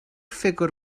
ffigwr